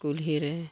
ᱠᱩᱞᱦᱤ ᱨᱮ